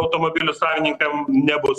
automobilių savininkam nebus